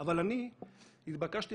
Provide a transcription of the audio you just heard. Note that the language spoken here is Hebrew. אל תגזים.